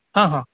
ಹಾಂ ಹಾಂ